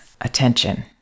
attention